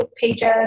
pages